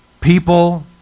people